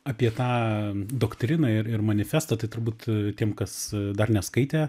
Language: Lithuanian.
apie tą doktriną ir ir manifestą tai turbūt tiem kas dar neskaitė